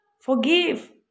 Forgive